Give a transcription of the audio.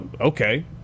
okay